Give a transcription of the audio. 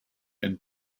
and